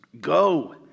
go